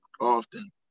often